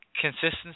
consistency